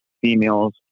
females